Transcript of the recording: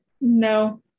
No